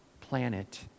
planet